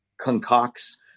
concocts